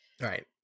right